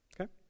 Okay